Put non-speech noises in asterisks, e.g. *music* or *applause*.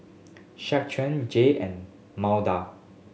*unintelligible* Jay and *unintelligible*